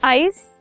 ice